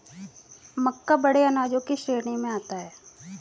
मक्का बड़े अनाजों की श्रेणी में आता है